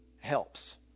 helps